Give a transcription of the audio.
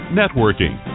networking